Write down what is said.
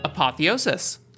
Apotheosis